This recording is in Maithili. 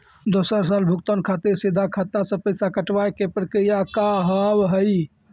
दोसर साल भुगतान खातिर सीधा खाता से पैसा कटवाए के प्रक्रिया का हाव हई?